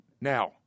Now